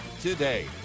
today